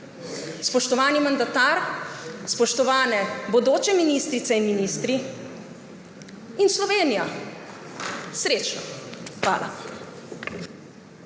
Spoštovani mandatar, spoštovane bodoče ministrice in ministri in Slovenija, srečno! Hvala.